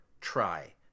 try